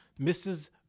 Mrs